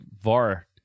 VAR